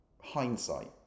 hindsight